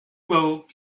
well